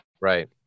Right